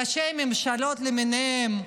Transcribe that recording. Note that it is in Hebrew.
ראשי ממשלות למיניהם,